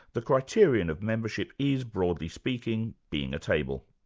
the criterion of membership is broadly speaking being a table.